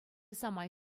самай